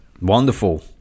Wonderful